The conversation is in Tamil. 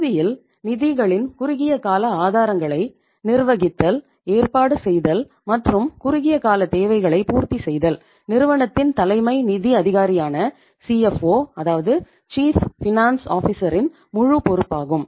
இறுதியில் நிதிகளின் குறுகிய கால ஆதாரங்களை நிர்வகித்தல் ஏற்பாடு செய்தல் மற்றும் குறுகிய கால தேவைகளை பூர்த்தி செய்தல் நிறுவனத்தின் தலைமை நிதி அதிகாரியான ரின் முழு பொறுப்பாகும்